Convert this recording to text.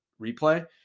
replay